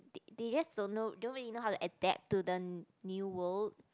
they they just don't know don't really know how to adapt to the new world